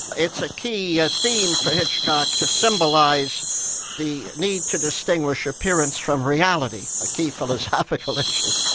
it's a key, a theme for hitchcock to symbolise the need to distinguish appearance from reality, a key philosophical issue.